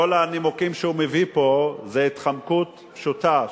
כל הנימוקים שהוא מביא פה זה התחמקות פשוטה,